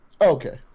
okay